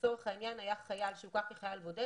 לצורך העניין היה חייל שהוכר כחייל בודד